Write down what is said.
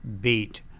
beat